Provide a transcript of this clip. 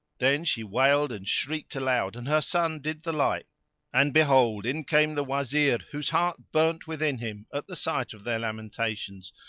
then she wailed and shrieked aloud and her son did the like and behold, in came the wazir whose heart burnt within him at the sight of their lamentations,